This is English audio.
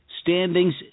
standings